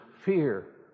fear